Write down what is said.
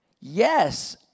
yes